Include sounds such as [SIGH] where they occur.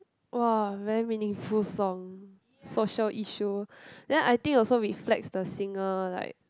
!wah! very meaningful song social issue [BREATH] then I think also reflects the singer like